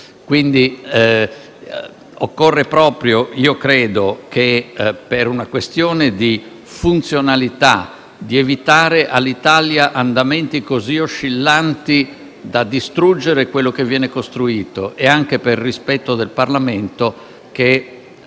Quindi io credo che, per una questione di funzionalità, occorra proprio evitare all'Italia andamenti così oscillanti da distruggere quello che viene costruito e, anche per rispetto del Parlamento,